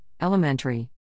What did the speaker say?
Elementary